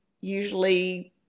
usually